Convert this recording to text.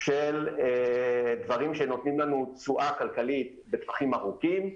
של דברים שנותנים לנו תשואה כלכלית לטווחים ארוכים,